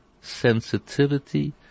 sensitivity